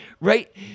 right